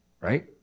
right